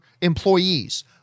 employees